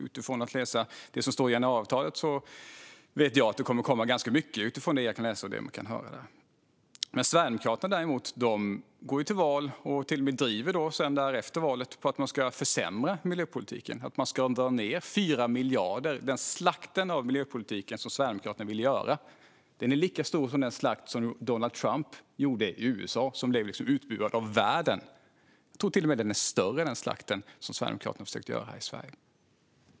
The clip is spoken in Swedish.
Utifrån vad som står att läsa i januariavtalet vet jag att det kommer att komma ganska mycket. Sverigedemokraterna går däremot till val på, och till och med driver efter valet, att man ska försämra miljöpolitiken. Man ska dra ned 4 miljarder. Den slakt av miljöpolitiken som Sverigedemokraterna vill göra är lika stor som den slakt Donald Trump gjorde i USA och som blev utbuad av världen. Jag tror till och med att den slakt som Sverigedemokraterna försökte göra här i Sverige är större.